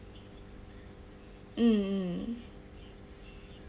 mm mm